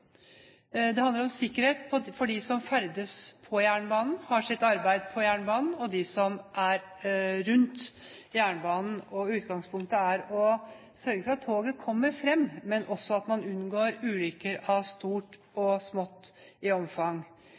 Det handler om sikkerhet for dem som ferdes på jernbanen, dem som har sitt arbeid på jernbanen, og dem som er rundt jernbanen. Utgangspunktet er å sørge for at toget kommer fram, men også at man unngår ulykker av stort og smått i omfang.